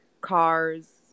cars